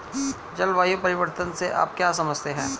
जलवायु परिवर्तन से आप क्या समझते हैं?